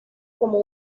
como